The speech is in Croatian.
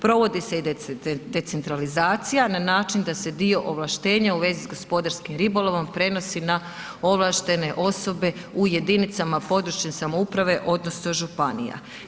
Provodi se i decentralizacija na način da se dio ovlaštenja u vezi s gospodarskim ribolovom prenosi na ovlaštene osobe u jedinicama područne samouprave odnosno županija.